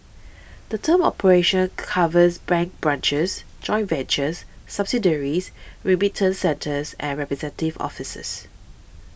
the term operations covers bank branches joint ventures subsidiaries remittance centres and representative offices